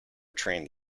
trained